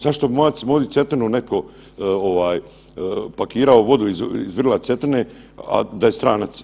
Zašto bi moju Cetinu netko, pakirao vodu iz vrla Cetine, a da je stranac?